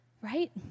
right